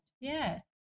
Yes